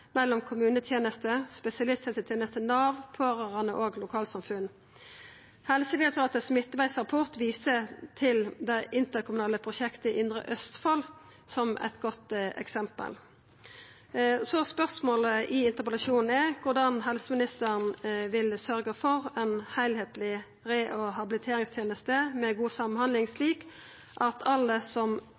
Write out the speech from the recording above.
mellom kommunetenesta, spesialisthelsetenesta, Nav, pårørande og lokalsamfunn. Helsedirektoratet sin midtvegsrapport viser til det interkommunale prosjektet i indre Østfold som eit godt eksempel. Så spørsmålet i interpellasjonen er korleis helseministeren vil sørgja for ei heilskapleg rehabiliterings- og habiliteringsteneste med god samhandling, slik at alle som